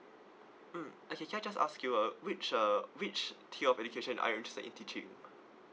mm okay can I just ask you uh which uh which tier of education are you interested in teaching